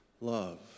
love